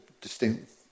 distinct